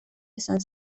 izan